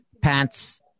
pants